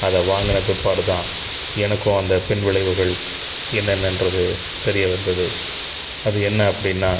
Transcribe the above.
அதை வாங்கின பிற்பாடு தான் எனக்கும் அந்த பின்விளைவுகள் என்னென்னன்றது தெரிய வந்தது அது என்ன அப்படினா